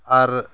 ᱟᱨ